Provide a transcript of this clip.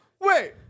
Wait